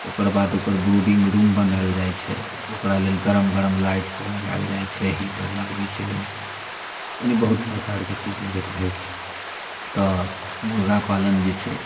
ओकर बाद ओकर ब्रुडिङ्ग रूम बनायल जाइत छै ओकरा लेल गरम गरम लाइट सब लगायल जाइत छै हीटर लगबैत छै लोक यानी बहुत प्रकारके चीज लगैत रहैत छै तऽ मुर्गापालन जे छै